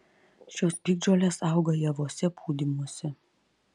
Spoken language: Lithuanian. šios piktžolės auga javuose pūdymuose